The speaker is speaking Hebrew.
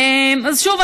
אז שוב,